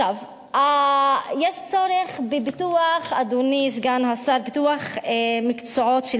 יש צורך בפיתוח, אדוני סגן השר, מקצועות של